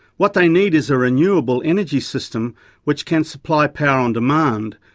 what they need is a renewable energy system which can supply power on demand,